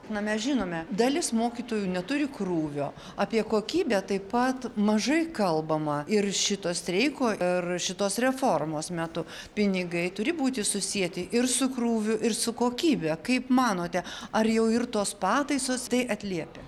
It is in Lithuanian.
na mes žinome dalis mokytojų neturi krūvio apie kokybę taip pat mažai kalbama ir šito streiko ir šitos reformos metu pinigai turi būti susieti ir su krūviu ir su kokybe kaip manote ar jau ir tos pataisos tai atliepia